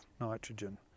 nitrogen